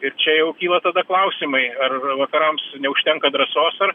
ir čia jau kyla tada klausimai ar vakarams neužtenka drąsos ar